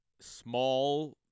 small